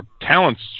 talents